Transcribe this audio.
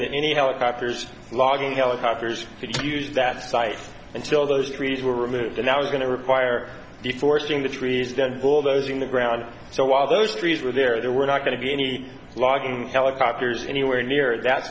that any helicopters logging helicopters could use that site until those trees were removed and i was going to require before seeing the trees done bulldozing the ground so while those trees were there there were not going to be any logging helicopters anywhere near that